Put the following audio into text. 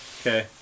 okay